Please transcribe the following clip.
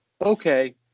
okay